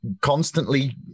constantly